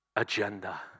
agenda